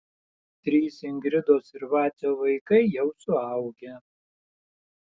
trys ingridos ir vacio vaikai jau suaugę